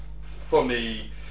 funny